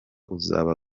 uzaba